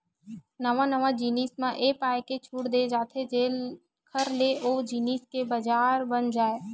नवा नवा जिनिस म ए पाय के छूट देय जाथे जेखर ले ओ जिनिस के बजार बन जाय